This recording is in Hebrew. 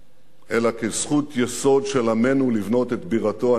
אלא כזכות יסוד של עמנו לבנות את בירתו הנצחית.